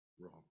wrong